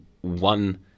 one